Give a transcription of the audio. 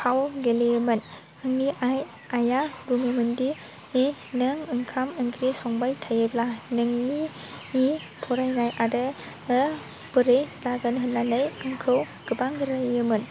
फाव गेलेयोमोन आंनि आइया बुङोमोनदि नों ओंखाम ओंख्रि संबाय थायोब्ला नोंनि फरायनाय आरो बोरै जागोन होन्नानै आंखौ गोबां रायोमोन